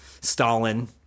Stalin